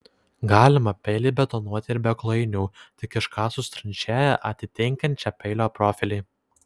galima peilį betonuoti ir be klojinių tik iškasus tranšėją atitinkančią peilio profilį